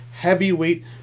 Heavyweight